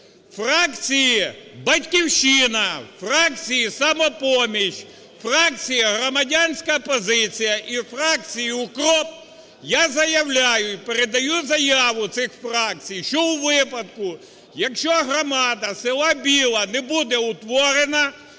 фракції "Батьківщина", фракції "Самопоміч", фракції "Громадянська позиція" і фракції "УКРОП" я заявляю і передаю заяву цих фракцій, що у випадку, якщо громада села Біла не буде утворена,